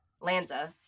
Lanza